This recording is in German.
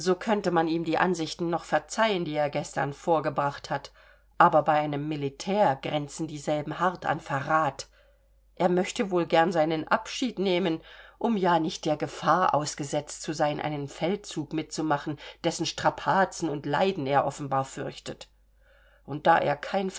könnte man ihm die ansichten noch verzeihen die er gestern vorgebracht hat aber bei einem militär grenzen dieselben hart an verrat er möchte wohl gern seinen abschied nehmen um ja nicht der gefahr ausgesetzt zu sein einen feldzug mitzumachen dessen strapazen und leiden er offenbar fürchtet und da er kein